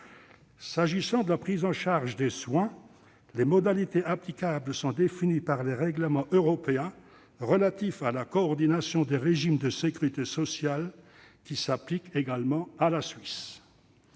S'agissant de la prise en charge des soins, les modalités applicables sont définies par les règlements européens relatifs à la coordination des régimes de sécurité sociale, qui s'appliquent également à la Suisse.